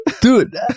dude